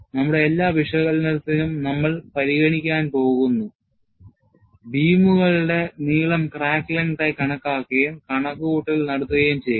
നമ്മുടെ എല്ലാ വിശകലനത്തിനും നമ്മൾ പരിഗണിക്കാൻ പോകുന്നു ബീമുകളുടെ നീളം ക്രാക്ക് ലെങ്ത് ആയി കണക്കാക്കുകയും കണക്കുകൂട്ടൽ നടത്തുകയും ചെയ്യുക